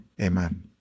amen